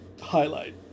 highlight